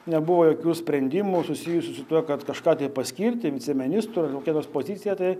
nebuvo jokių sprendimų susijusių su tuo kad kažką paskirti viceministru ar kokia nors pozicija tai